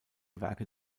werke